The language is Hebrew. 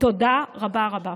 תודה רבה רבה.